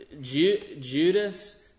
Judas